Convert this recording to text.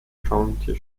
county